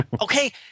Okay